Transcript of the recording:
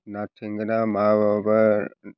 ना थेंगोना माबाबा